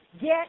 get